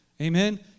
Amen